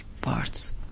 parts